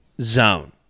zone